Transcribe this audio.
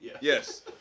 Yes